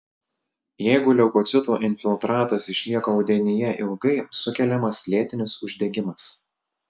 jeigu leukocitų infiltratas išlieka audinyje ilgai sukeliamas lėtinis uždegimas